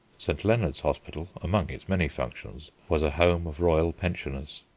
st. leonard's hospital, among its many functions, was a home of royal pensioners.